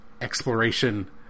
exploration